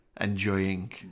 enjoying